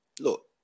look